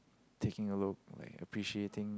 taking a look like appreciating